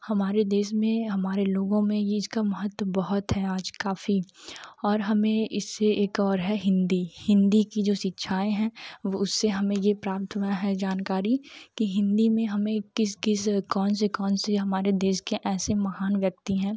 हमारे देश में हमारे लोगों में यह इसका महत्व बहुत है आज काफ़ी और हमें इससे एक और है हिन्दी हिन्दी की जो शिक्षाएँ हैं वह उससे हमें यह प्राप्त हुआ है जानकारी की हिन्दी में हमें किस किस कौनसे कौनसे हमारे देश के ऐसे महान व्यक्ति है